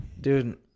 Dude